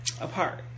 Apart